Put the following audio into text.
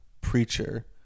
preacher